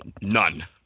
None